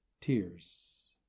tears